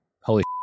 Holy